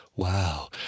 Wow